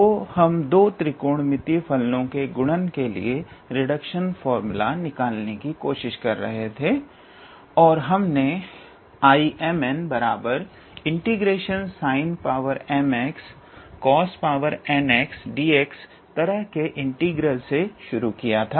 तो हम दो त्रिकोणमितिय फलनो के गुणन के लिए रिडक्शन फार्मूला निकालने की कोशिश कर रहे थे और हमने Imn ∫𝑠𝑖𝑛m𝑥𝑐𝑜𝑠n𝑥𝑑𝑥 तरह के इंटीग्रल से शुरू किया था